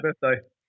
birthday